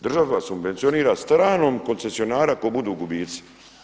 Država subvencionira stranog koncesionara ako budu gubitci.